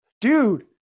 Dude